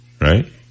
right